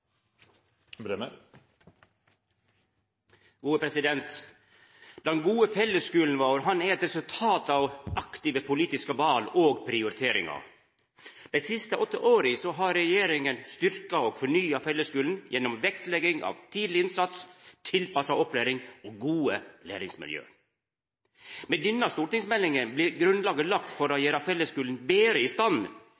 Den gode fellesskulen vår er eit resultat av aktive politiske val og prioriteringar. Dei siste åtte åra har regjeringa styrkt og fornya fellesskulen gjennom vektlegging av tidlig innsats, tilpassa opplæring og gode læringsmiljø. Med denne stortingsmeldinga blir grunnlaget lagt for å